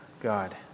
God